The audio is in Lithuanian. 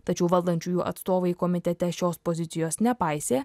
tačiau valdančiųjų atstovai komitete šios pozicijos nepaisė